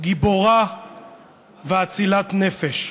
גיבורה ואצילת נפש,